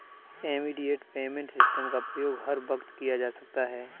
immediate payment system का प्रयोग हर वक्त किया जा सकता है